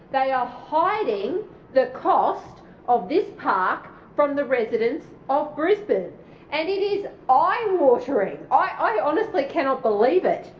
they are hiding the cost of this park from the residents of brisbane and it is eye watering. i honestly cannot believe it.